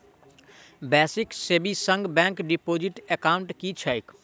Basic savings bank deposit account की छैक?